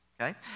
okay